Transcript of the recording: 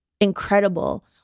incredible